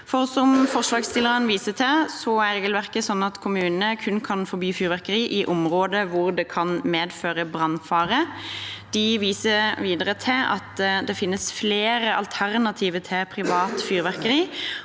Som forslagsstillerne viser til, er regelverket sånn at kommunene kun kan forby fyrverkeri i områder hvor det kan medføre brannfare. De viser videre til at det finnes flere alternativer til privat fyrverkeri,